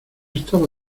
estaba